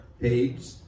Page